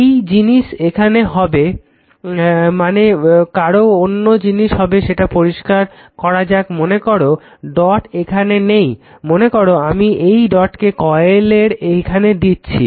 একই জিনিস এখানে হবে মনে করো অন্য জিনিস হবে সেটা পরিস্কার করা যাক মনে করো ডট এখানে নেই মনে করো আমি এই ডটকে কয়েলের এখানে দিয়েছি